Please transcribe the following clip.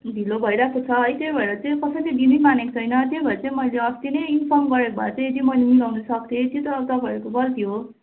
ढिलो भइरहेको छ है त्यही भएर चाहिँ कसैले दिनै मानेको छैन त्यही भएर चाहिँ मैले अस्ति नै इन्फर्म गरेको भए चाहिँ त्यो मैले मिलाउनु सक्थेँ त्यो त तपाईँहरूको गल्ती हो